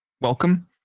welcome